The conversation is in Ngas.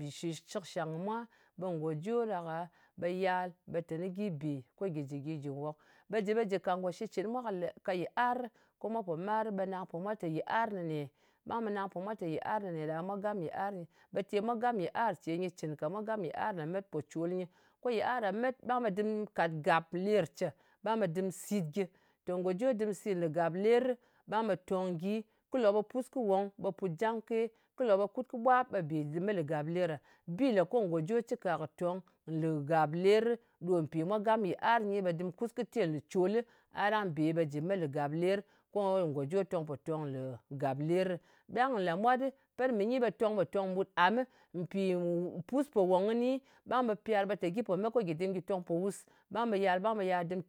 ki shɨ shɨkshang kɨ mwa. Ɓe ngojo ɗaka ɓe yal, ɓe teni gyi be ko gƴi jɨ gyɨ jɨ nwok. Ɓe jɨ ɓe jɨ kà ngò shitcɨn mwa ka yɨarɨ, ko mwa po mwarɨ ɓe nang po mwa tè ye yiar nɨne? Ɓang ɓe nang po mwa te yiar nɨne. Ɓang ɓe nang po mwa tè yiar nɨne ɗa, ɓe mwa gam yiar nyɨ, ɓe te mwa gam yiar ce nyɨ cɨn ka. Mwa gam yɨar lemet pòcòl nyɨ. Ko yiar ɗa met ɓang ɓe dɨm kàt gàp ler ce. Ɓang ɓe dɨm sìt gyɨ. Te ngòjo dɨm sit lù gapler, ɓe tong gyi. Kɨ lòk ɓe pus kɨ wong, ɓe put jwang ke. Ko lòk ɓe kut kɨ ɓwap, ɓe bè me lù gàpler ɗa. Bi lē ko ngojo cika tong nlu gàpler, ɗo mpì mwa gam, yiar nyi, ɓe dɨm kus kɨ te nlù còl, a ɗang be ɓe jɨ me lù gàpler, ko ngòjo tòng pò tong nlusgapler ɗɨ. Ɗang nlàmwat pet mɨ nyi ɓe tong pò tong mbut am. Mpì pus pò wong kɨni, ɓang ɓe pyar, ɓe te gyi pò met ko gyi dɨm gyi tong mpò wus. Ɓang ɓe yal, ɓang ɓe yal dɨm.